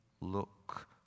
look